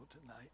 tonight